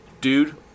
dude –